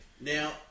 now